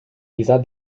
dieser